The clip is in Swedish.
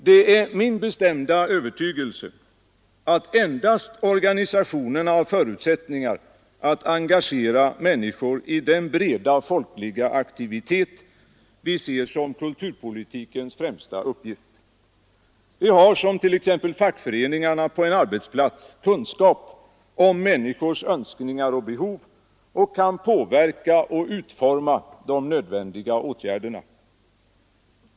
Det är min bestämda övertygelse att endast organisationerna har förutsättningar att engagera människor i den breda folkliga aktivitet vi ser som kulturpolitikens främsta uppgift. De har, som t.ex. fackföreningarna på en arbetsplats, kunskap om människors önskningar och behov och kan påverka och utforma de nödvändiga åtgärderna.